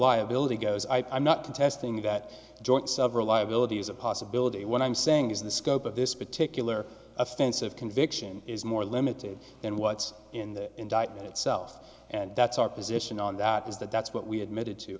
liability goes i am not contesting that joint several liability is a possibility what i'm saying is the scope of this particular offensive conviction is more limited than what's in the indictment itself and that's our position on that is that that's what we had